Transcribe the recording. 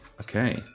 Okay